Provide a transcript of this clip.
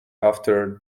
after